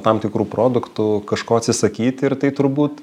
tam tikrų produktų kažko atsisakyt ir tai turbūt